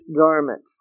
garment